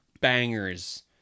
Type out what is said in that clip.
bangers